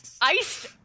iced